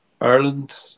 Ireland